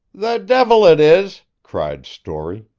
the devil it is! cried storey,